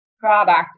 product